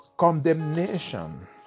Condemnation